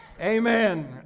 Amen